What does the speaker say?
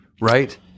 right